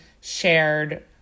shared